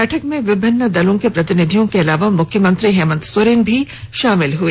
बैठक में विभिन्न दलों के प्रतिनिधियों के अलावा मुख्यमंत्री हेमंत सोरेन भी शामिल हुए